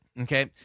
Okay